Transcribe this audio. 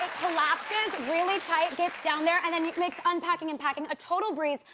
collapses, really tight, gets down there, and then it makes unpacking and packing a total breeze.